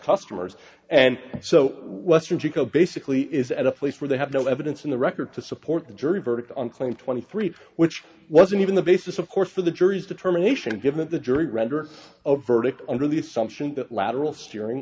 customers and so western jiko basically is at a place where they have no evidence in the record to support the jury verdict on claim twenty three which wasn't even the basis of course for the jury's determination given the jury render a verdict under the assumption that lateral steering